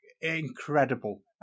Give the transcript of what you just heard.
Incredible